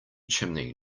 chimney